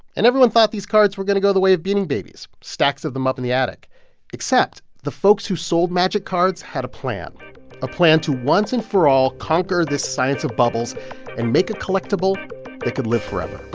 and everyone thought these cards were going to go the way of beanie babies stacks of them up in the attic except, the folks who sold magic cards had a plan a plan to once and for all conquer the science of bubbles and make a collectible that could live forever